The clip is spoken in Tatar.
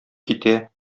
китә